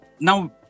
Now